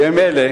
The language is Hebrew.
בימים אלה,